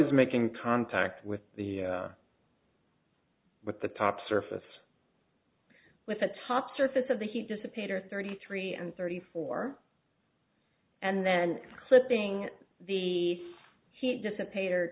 is making contact with the with the top surface with the top surface of the heap dissipate or thirty three and thirty four and then slipping the heat dissipate or